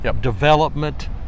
development